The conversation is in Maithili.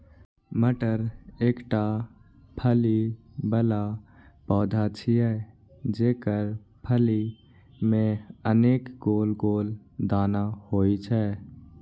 मटर एकटा फली बला पौधा छियै, जेकर फली मे अनेक गोल गोल दाना होइ छै